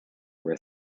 were